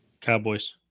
Cowboys